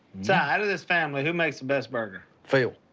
yeah out of this family, who makes the best burger? phil.